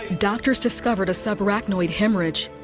doctors discovered a subarachnoid hemorrhage.